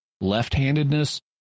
left-handedness